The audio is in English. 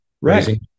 Right